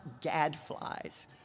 gadflies